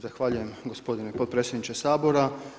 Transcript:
Zahvaljujem gospodine potpredsjedniče Sabora.